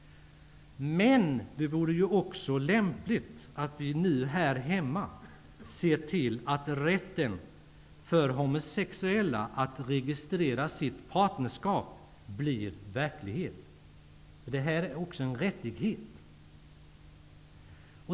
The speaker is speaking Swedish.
Men det vore också lämpligt att vi här hemma ser till att rätten för homosexuella att registrera sitt partnerskap blir verklighet. Detta är även en rättighet.